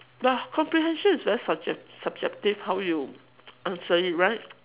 the comprehension is very subjec~ subjective how you answer it right